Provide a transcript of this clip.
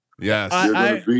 Yes